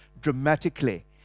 dramatically